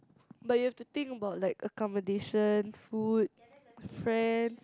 but you have to think about like accommodation food friend